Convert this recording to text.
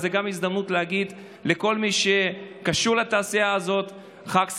אז זו גם הזדמנות להגיד לכל מי שקשור לתעשייה הזאת חג שמח,